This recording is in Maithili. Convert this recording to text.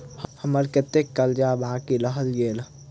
हम्मर कत्तेक कर्जा बाकी रहल गेलइ?